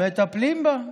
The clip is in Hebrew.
לא, מטפלים בה.